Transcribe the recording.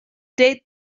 date